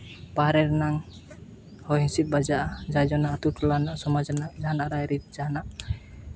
ᱵᱟᱦᱨᱮ ᱨᱮᱱᱟᱝ ᱦᱚᱭ ᱦᱤᱸᱥᱤᱫ ᱵᱟᱡᱟᱜᱼᱟ ᱡᱟᱨ ᱡᱚᱱᱱᱚ ᱟᱛᱳ ᱴᱚᱞᱟ ᱨᱮᱱᱟᱜ ᱥᱚᱢᱟᱡᱽ ᱨᱮᱱᱟᱜ ᱡᱟᱦᱟᱱᱟᱜ ᱨᱟᱭᱨᱤᱛ ᱡᱟᱦᱟᱱᱟᱜ